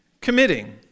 committing